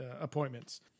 appointments